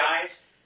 guys